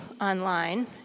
online